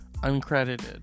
uncredited